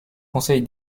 conseil